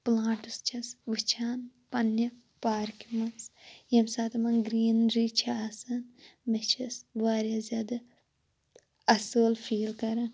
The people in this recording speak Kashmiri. پُلانٛٹٕس چھَس وُچھان پَنٕنہِ پارکہِ منٛز ییٚمہِ ساتہٕ یِمَن گریٖنرِی چھِ آسان مےٚ چھَس واریاہ زیادٕ اَصٕل فیٖل کَران